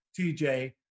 TJ